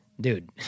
dude